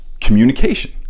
communication